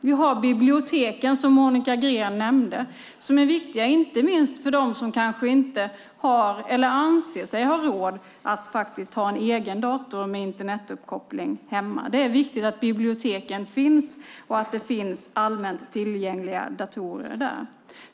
Vi har biblioteken, som Monica Green nämnde, som är viktiga inte minst för dem som kanske inte har eller anser sig ha råd att ha en egen dator med Internetuppkoppling hemma. Det är viktigt att biblioteken finns och att det finns allmänt tillgängliga datorer där.